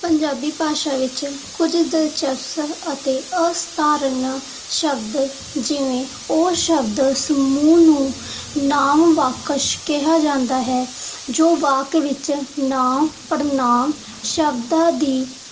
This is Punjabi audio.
ਪੰਜਾਬੀ ਭਾਸ਼ਾ ਵਿੱਚ ਕੁਝ ਦਿਲਚਸਪ ਅਤੇ ਅਸਧਾਰਨ ਸ਼ਬਦ ਜਿਵੇਂ ਉਹ ਸ਼ਬਦ ਸਮੂਹ ਨੂੰ ਨਾਮ ਵਾਕੰਸ਼ ਕਿਹਾ ਜਾਂਦਾ ਹੈ ਜੋ ਵਾਕ ਵਿੱਚ ਨਾਂਵ ਪੜਨਾਂਵ ਸ਼ਬਦਾਂ ਦੀ